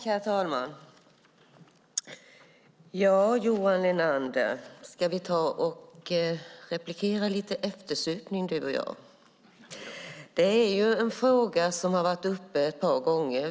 Herr talman! Ja, Johan Linander, ska vi replikera lite eftersupning, du och jag? Det är en fråga som varit uppe ett par gånger.